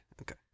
Okay